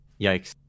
yikes